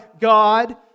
God